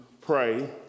pray